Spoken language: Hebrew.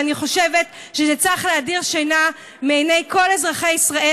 ואני חושבת שזה צריך להדיר שינה מעיני כל אזרחי ישראל,